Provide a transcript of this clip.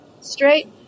straight